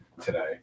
today